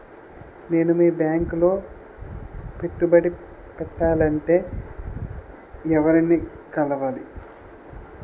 నేను మీ బ్యాంక్ లో పెట్టుబడి పెట్టాలంటే ఎవరిని కలవాలి?